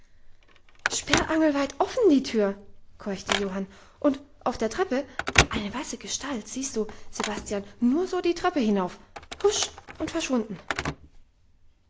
sperrangelweit offen die tür keuchte johann und auf der treppe eine weiße gestalt siehst du sebastian nur so die treppe hinauf husch und verschwunden